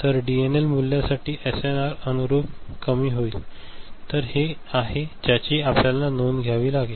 तर डीएनएल मूल्यासाठी एसएनआर अनुरुप कमी होईल तर हे आहे कि ज्याची आपल्याला नोंद घ्यावी लागेल